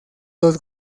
dos